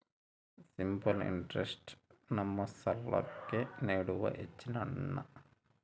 simple interest ನಮ್ಮ ಸಾಲ್ಲಾಕ್ಕ ನೀಡುವ ಹೆಚ್ಚಿನ ಹಣ್ಣ